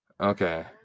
Okay